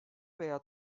veya